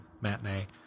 matinee